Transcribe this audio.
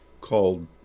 called